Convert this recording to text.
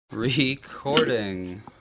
Recording